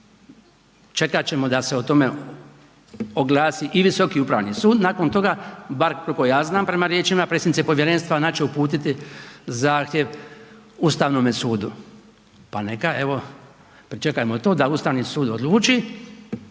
čekat ćemo da se o tome oglasi i Visoki upravni sud nakon toga, bar koliko ja znam prema riječima predsjednice povjerenstva, ona će uputiti zahtjev Ustavnome sudu. Pa neka, evo, pričekajmo to da Ustavni sud odluči.